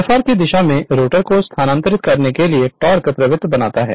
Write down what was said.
Fr की दिशा में रोटर को स्थानांतरित करने के लिए टोक़ प्रवृत्त बनाता है